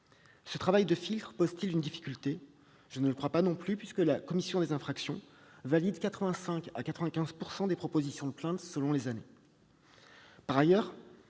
Ce travail de filtre pose-t-il une difficulté ? Je ne le crois pas non plus, puisque la commission des infractions fiscales valide 85 à 95 % des propositions de plaintes selon les années. Par ailleurs,